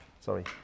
Sorry